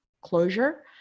closure